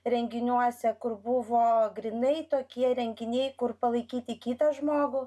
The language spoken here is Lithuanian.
renginiuose kur buvo grynai tokie renginiai kur palaikyti kitą žmogų